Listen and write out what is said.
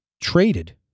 traded